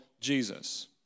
Jesus